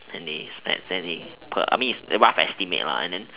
and then they spend then they per I mean it's rough estimate lah and then